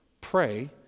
pray